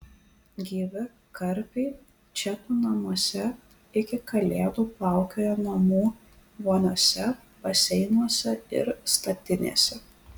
gyvi karpiai čekų namuose iki kalėdų plaukioja namų voniose baseinuose ir statinėse